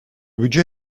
budget